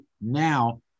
now